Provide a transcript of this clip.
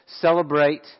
celebrate